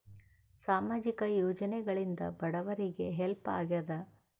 ಸಾಮಾಜಿಕ ಯೋಜನೆಗಳಿಂದ ಬಡವರಿಗೆ ಹೆಲ್ಪ್ ಆಗ್ಯಾದ?